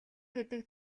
гэдэг